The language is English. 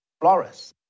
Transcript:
Flores